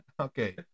Okay